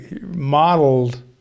modeled